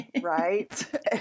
Right